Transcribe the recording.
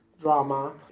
drama